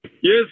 yes